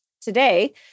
today